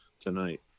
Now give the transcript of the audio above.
tonight